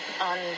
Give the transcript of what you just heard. on